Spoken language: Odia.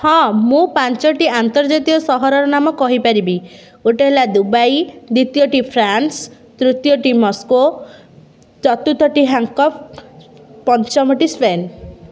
ହଁ ମୁଁ ପାଞ୍ଚୋଟି ଆନ୍ତର୍ଜାତୀୟ ସହରର ନାମ କହିପାରିବି ଗୋଟେ ହେଲା ଦୁବାଇ ଦ୍ୱିତୀୟଟି ଫ୍ରାନ୍ସ ତୃତୀୟଟି ମସ୍କୋ ଚତୁର୍ଥଟି ହାଙ୍ଗକଫ୍ ପଞ୍ଚମଟି ସ୍ପେନ୍